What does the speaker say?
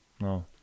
No